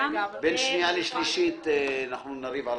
בין שנייה לשלישית אנחנו נריב על